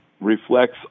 reflects